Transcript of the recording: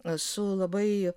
su labai